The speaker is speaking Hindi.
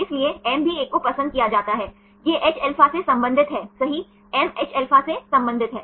इसलिए M भी 1 को पसंद किया जाता है यह Hα से संबंधित है सही m Hα से संबंधित है